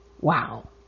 wow